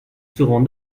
seront